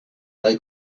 they